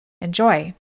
Enjoy